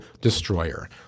Destroyer